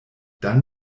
dann